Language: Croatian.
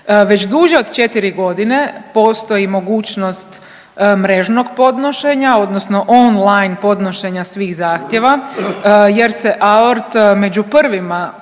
Već duže od 4.g. postoji mogućnost mrežnog podnošenja odnosno online podnošenja svih zahtjeva jer se AORT među prvima